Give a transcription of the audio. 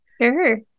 Sure